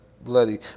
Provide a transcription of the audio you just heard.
bloody